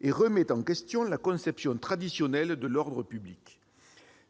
et remet en question la conception traditionnelle de l'ordre public.